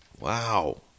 wow